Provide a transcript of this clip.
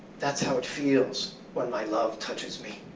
that's how it feels when my love touches me.